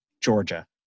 Georgia